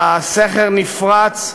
הסכר נפרץ,